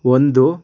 ಒಂದು